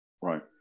right